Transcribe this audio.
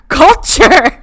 culture